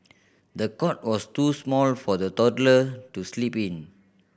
the cot was too small for the toddler to sleep in